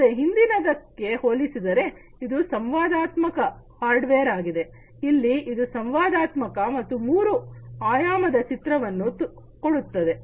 ಮತ್ತೆ ಹಿಂದಿನದಕ್ಕೆ ಹೋಲಿಸಿದರೆ ಇದು ಸಂವಾದಾತ್ಮಕ ಹಾರ್ಡ್ವೇರ್ ಆಗಿದೆ ಇಲ್ಲಿ ಇದು ಸಂವಾದಾತ್ಮಕ ಮತ್ತು ಮೂರು ಆಯಾಮದ ಚಿತ್ರವನ್ನು ಕೊಡುತ್ತದೆ